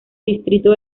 distrito